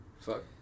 Fuck